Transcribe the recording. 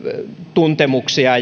tuntemuksia